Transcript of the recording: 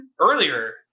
Earlier